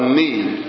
need